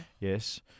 Yes